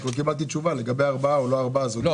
רק לא קיבלתי תשובה לגבי ארבעה או לא ארבעה.